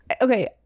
okay